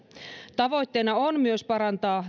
tavoitteena on myös parantaa